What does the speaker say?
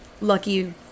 lucky